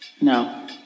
No